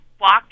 walk